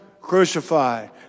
crucified